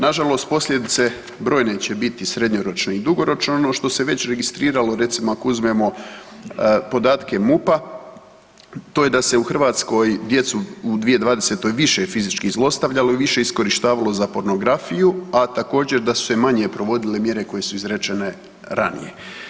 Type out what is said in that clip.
Nažalost posljedice će biti srednjoročne i dugoročne ono što se već registriralo recimo ako uzmemo podatke MUP-a to je da se u Hrvatskoj djecu u 2020. više fizički zlostavljalo i više iskorištavalo za pornografiju, a također da su se manje provodile mjere koje su izrečene ranije.